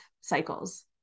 cycles